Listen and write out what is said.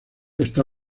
está